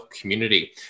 community